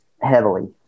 heavily